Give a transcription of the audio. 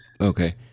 Okay